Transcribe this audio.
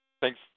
Thanks